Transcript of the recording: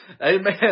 amen